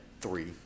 three